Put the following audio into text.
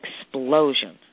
explosion